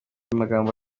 amagambo